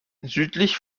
südlich